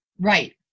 Right